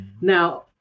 Now